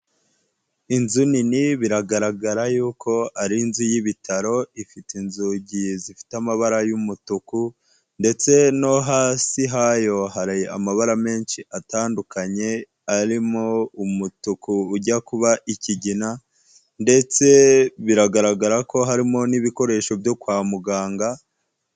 Inzu nini biragaragara yuko ari inzu y'ibitaro ifite inzugi zifite amabara y'umutuku, ndetse no hasi hayo hari amabara menshi atandukanye arimo umutuku ujya kuba ikigina ndetse biragaragara ko harimo n'ibikoresho byo kwa muganga.